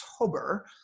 October